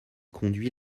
conduit